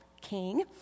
king